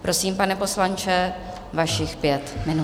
Prosím, pane poslanče, vašich pět minut.